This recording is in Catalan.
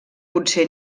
potser